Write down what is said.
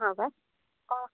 ହଁ ବା କ'ଣ